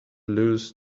love